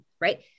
Right